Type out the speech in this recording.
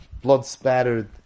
blood-spattered